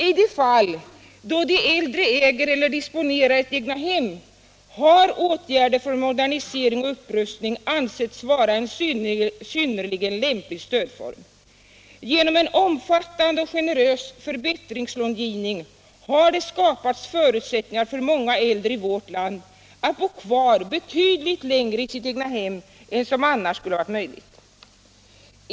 I de fall då de äldre äger eller disponerar ett egnahem har åtgärder för modernisering och upprustning ansetts vara en synnerligen lämplig stödform. Genom en omfattande och generös förbättringslångivning har det skapats förutsättningar för många äldre i vårt land att bo kvar betydligt längre i sitt egnahem än som annars skulle ha varit möjligt.